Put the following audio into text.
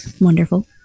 Wonderful